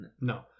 No